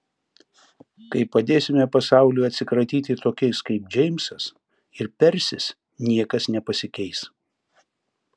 kai padėsime pasauliui atsikratyti tokiais kaip džeimsas ir persis niekas nepasikeis